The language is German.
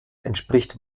entspricht